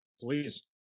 please